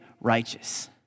righteous